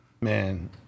man